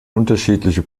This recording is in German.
unterschiedliche